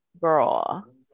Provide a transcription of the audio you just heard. girl